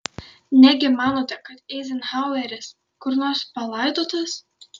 negi manote kad eizenhaueris kur nors palaidotas